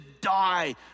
die